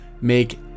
make